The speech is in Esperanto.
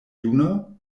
juna